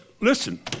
listen